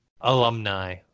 alumni